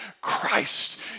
Christ